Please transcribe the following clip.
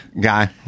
guy